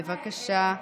בבקשה.